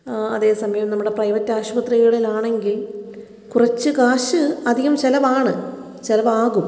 ആ അതേ സമയം നമ്മുടെ പ്രൈവറ്റ് ആശുപത്രികളിൽ ആണെങ്കിൽ കുറച്ച് കാശ് അധികം ചിലവാണ് ചിലവാകും